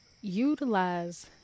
Utilize